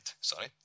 sorry